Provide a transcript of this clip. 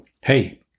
Hey